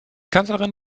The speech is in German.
kanzlerin